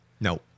No